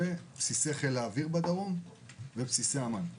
בסיסי חיל האוויר ובסיסי אמ"ן בדרום.